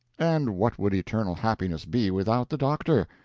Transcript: and what would eternal happiness be without the doctor?